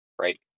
right